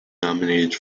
nominated